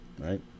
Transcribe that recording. right